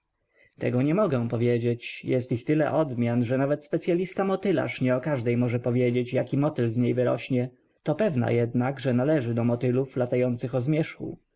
tego nie mogę powiedzieć jest ich tyle odmian że nawet specyalista motylarz nie o każdej może powiedzieć jaki motyl z niej wyrośnie to pewna jednak że należy do motylów latających o zmierzchu